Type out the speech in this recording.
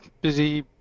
busy